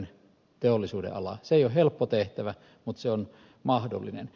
se ei ole helppo tehtävä mutta se on mahdollinen